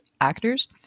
actors